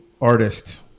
artist